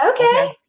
Okay